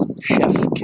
Chef